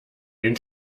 den